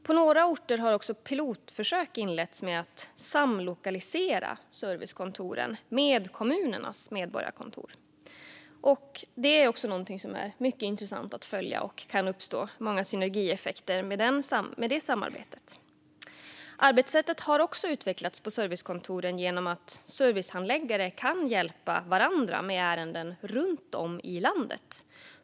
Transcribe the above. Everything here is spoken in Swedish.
På några orter har också pilotförsök inletts med att samlokalisera servicekontoren med kommunernas medborgarkontor. Detta är någonting som är mycket intressant att följa. Många synergieffekter kan uppstå med det samarbetet. Arbetssättet på servicekontoren har också utvecklats så att servicehandläggare kan hjälpa varandra med ärenden runt om i landet.